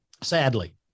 Sadly